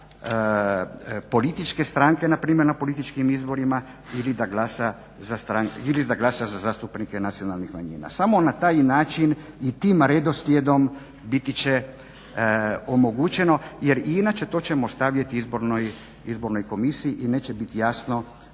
da glasa za političke stranke, na primjer na političkim izborima ili da glasa za zastupnike nacionalnih manjina. Samo na taj način i tim redoslijedom biti će omogućeno, jer inače to ćemo ostaviti Izbornoj komisiji i neće biti jasno